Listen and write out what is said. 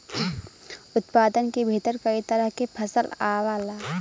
उत्पादन के भीतर कई तरह के फसल आवला